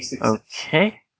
Okay